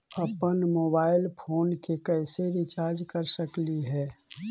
अप्पन mobile phone के कैसे रिचार्ज कर सकली हे?